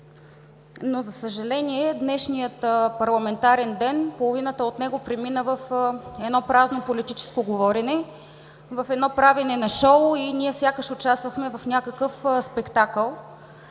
За съжаление, днешният парламентарен ден – половината от него, премина в едно празно политическо говорене, в едно правене на шоу и ние сякаш участвахме в някакъв спектакъл.